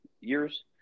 years